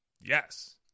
yes